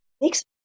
Next